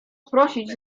prosić